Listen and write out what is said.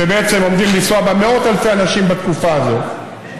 שעומדים לנסוע בה מאות אלפי אנשים בתקופה הזאת,